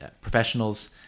professionals